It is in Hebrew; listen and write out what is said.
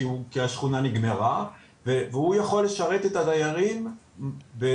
כי השכונה נגמרה והוא יכול לשרת את הדיירים על